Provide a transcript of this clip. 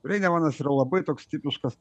reinemanas yra labai toks tipiškas